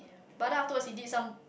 but then afterwards he did some